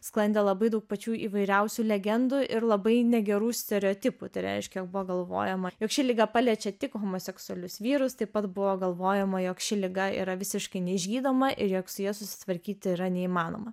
sklandė labai daug pačių įvairiausių legendų ir labai negerų stereotipų tai reiškia buvo galvojama jog ši liga paliečia tik homoseksualius vyrus taip pat buvo galvojama jog ši liga yra visiškai neišgydoma ir jog su ja susitvarkyt yra neįmanoma